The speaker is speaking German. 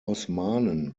osmanen